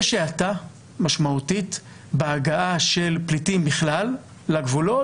יש האטה משמעותית בהגעה של פליטים בכלל לגבולות,